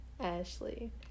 Ashley